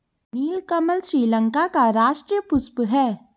नीलकमल श्रीलंका का राष्ट्रीय पुष्प है